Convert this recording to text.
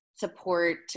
support